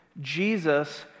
Jesus